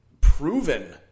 proven